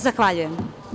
Zahvaljujem.